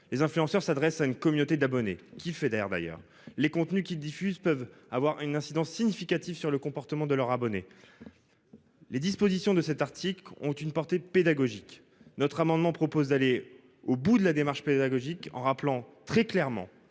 Les influenceurs s'adresse à une communauté d'abonnés qui fédère d'ailleurs les contenus qu'il diffuse peuvent avoir une incidence significative sur le comportement de leurs abonnés. Les dispositions de cet article ont une portée pédagogique notre amendement propose d'aller au bout de la démarche pédagogique en rappelant très clairement